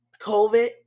COVID